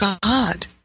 God